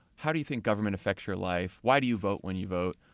how do you think government affects your life? why do you vote when you vote?